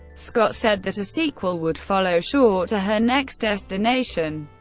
scott said that a sequel would follow shaw to her next destination,